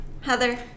Heather